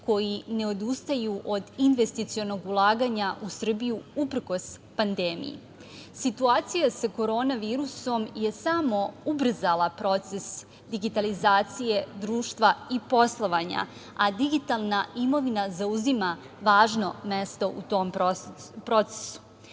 koji ne odustaju od investicionog ulaganja u Srbiju uprkos pandemiji. Situacija sa korona virusom je samo ubrzala proces digitalizacije društva i poslovanja, a digitalna imovina zauzima važno mesto u tom procesu.